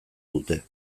dute